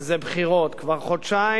אדוני היושב-ראש,